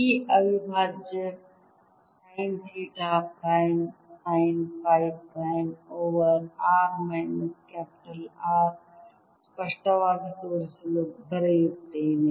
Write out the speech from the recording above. ಈ ಅವಿಭಾಜ್ಯ sine theta prime sine phi prime over r minus capital R ಸ್ಪಷ್ಟವಾಗಿ ತೋರಿಸಲು ಬರೆಯುತ್ತೇನೆ